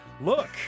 Look